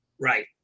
right